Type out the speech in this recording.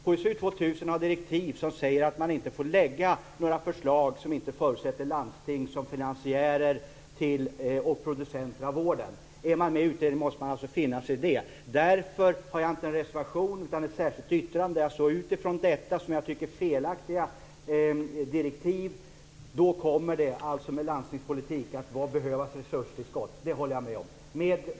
HSU 2000 har direktiv som säger att man inte får lägga några förslag som inte förutsätter landsting som finansiärer och producenter av vården. Är man med i utredningen måste man alltså finna sig i det. Därför har jag inte en reservation utan ett särskilt yttrande. Utifrån detta, som jag tycker, felaktiga direktiv kommer det att behövas resurstillskott i landstingspolitiken. Det håller jag med om.